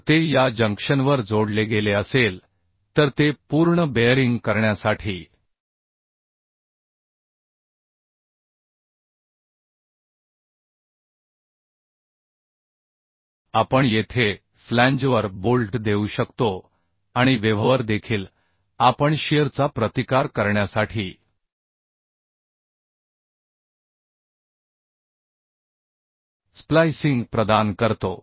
जर ते या जंक्शनवर जोडले गेले असेल तर ते पूर्ण बेअरिंग करण्यासाठी आपण येथे फ्लॅंजवर बोल्ट देऊ शकतो आणि वेव्हवर देखील आपण शियरचा प्रतिकार करण्यासाठी स्प्लाइसिंग प्रदान करतो